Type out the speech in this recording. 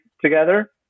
together